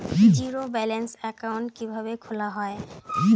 Zero balance account কিভাবে খোলা হয়?